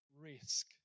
risk